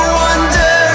wonder